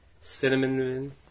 cinnamon